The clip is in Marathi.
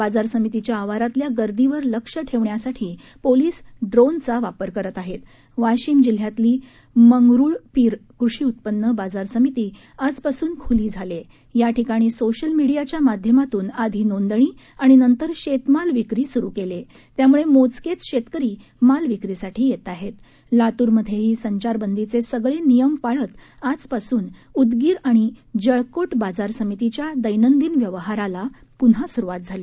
बाजार समितीच्या आवारातल्या गर्दीवर लक्ष ठक्कियासाठी पोलिस ड्रोनचा वापरत करत आहत्त् वाशिम जिल्ह्यातली मंगरुळपीर कृषी उत्पन्न बाजार समिती आजपासून खूली झाली आह बाठिकाणी सोशल मीडियाच्या माध्यमातून आधी नोंदणी आणि नंतर शक्रिाल विक्री सुरू कल्वी आह ठियामुळं मोजकळ शक्किरी माल विक्री साठी यक्ष आहक्ष लातूरमध्यहीीसंचारबंदीचविगळजियम पाळत आजपासून उदगीर आणि जळकोट बाजार समितीच्या दैनंदिन व्यवहाराला पुन्हा सुरुवात झाली